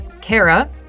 Kara